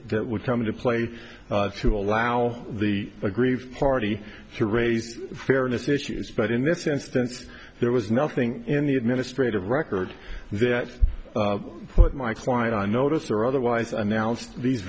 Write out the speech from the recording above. that would come into play to allow the aggrieved party to raise fairness issues but in this instance there was nothing in the administrative record that put my client on notice or otherwise announced these